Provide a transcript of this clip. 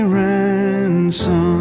ransom